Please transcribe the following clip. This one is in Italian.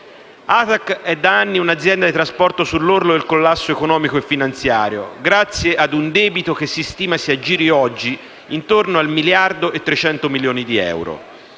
ATAC è da anni un'azienda di trasporto sull'orlo del collasso economico e finanziario grazie ad un debito che si stima si aggiri oggi intorno ad 1,3 miliardi di euro.